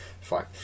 fine